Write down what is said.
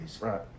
Right